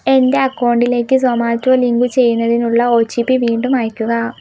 എൻ്റെ അക്കൗണ്ടിലേക്ക് സൊമാറ്റോ ലിങ്ക് ചെയ്യുന്നതിനുള്ള ഒ ടി പി വീണ്ടും അയയ്ക്കുക